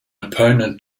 opponent